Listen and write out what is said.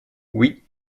oui